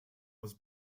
was